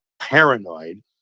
paranoid